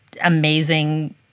amazing